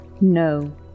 No